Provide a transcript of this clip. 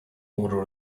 border